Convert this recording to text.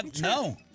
No